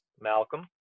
Malcolm